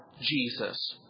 Jesus